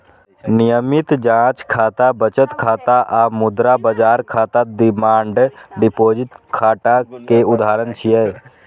नियमित जांच खाता, बचत खाता आ मुद्रा बाजार खाता डिमांड डिपोजिट खाता के उदाहरण छियै